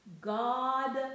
God